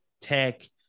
tech